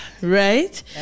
Right